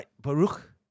Baruch